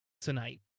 tonight